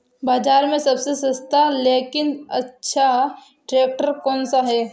बाज़ार में सबसे सस्ता लेकिन अच्छा ट्रैक्टर कौनसा है?